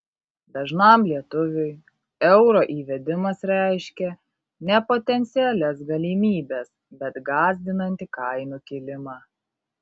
dažnam lietuviui euro įvedimas reiškia ne potencialias galimybes bet gąsdinantį kainų kilimą